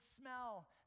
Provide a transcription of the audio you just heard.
smell